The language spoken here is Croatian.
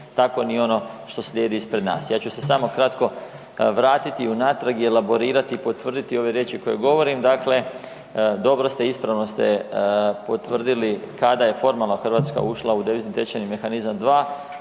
tako ni ono što slijedi ispred nas. Ja ću se samo kratko vratiti unatrag i elaborirati i potvrditi ove riječi koje govorim. Dakle, dobro ste i ispravno ste potvrdili kada je formalno Hrvatska ušla u devizni tečajni mehanizam 2.